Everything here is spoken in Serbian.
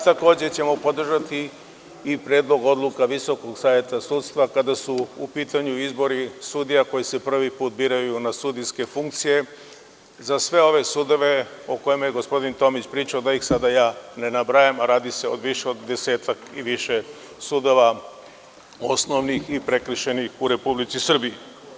Takođe, podržaćemo i predlog odluka Visokog saveta sudstva, kada su u pitanju izbori sudija koji se prvi put biraju na sudijske funkcije za sve ove sudove o kojima je gospodin Tomić pričao, da ih sada ja ne nabrajam, a radi se o desetak i više sudova osnovnih i prekršajnih u Republici Srbiji.